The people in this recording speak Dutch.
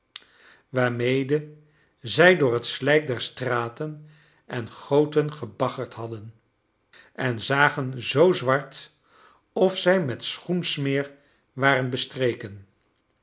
waarmede zij door het slijk der straten en goten gebaggerd hadden en zagen zoo zwart of zij met schoensmeer waren bestreken